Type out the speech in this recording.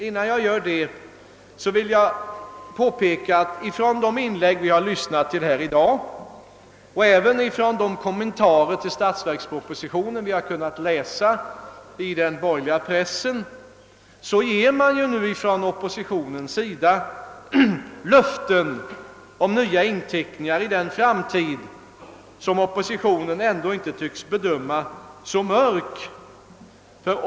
Innan jag gör det vill jag peka på att av de inlägg vi har lyssnat till här i dag och även av de kommentarer till statsverkspropositionen som vi har kunnat läsa i den borgerliga pressen framgår, att man från oppositionens sida gör nya inteckningar i den framtid som oppositionen ändå inte tycks bedöma så mörkt.